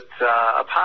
apart